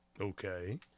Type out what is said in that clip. Okay